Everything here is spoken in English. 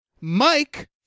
Mike